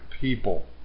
people